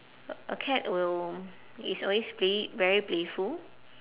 a cat will it's always pla~ very playful